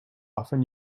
often